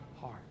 heart